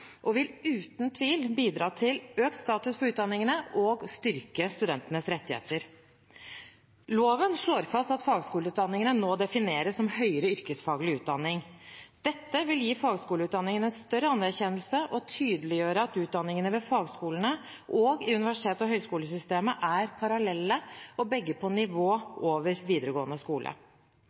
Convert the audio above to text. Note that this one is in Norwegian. og vil uten tvil bidra til økt status for utdanningene og til å styrke studentenes rettigheter. Loven slår fast at fagskoleutdanningene nå defineres som høyere yrkesfaglig utdanning. Dette vil gi fagskoleutdanningene større anerkjennelse og tydeliggjøre at utdanningene ved fagskolene og i universitets- og høyskolesystemet er parallelle, og at begge er på nivået over videregående skole.